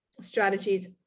strategies